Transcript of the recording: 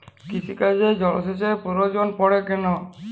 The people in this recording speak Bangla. কৃষিকাজে জলসেচের প্রয়োজন পড়ে কেন?